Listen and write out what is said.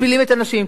משפילים את הנשים,